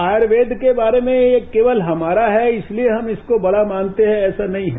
आयुर्वेद के बारे में यह केवल हमारा है इसलिए हम इसको बड़ा मानते हैं ऐसा नहीं है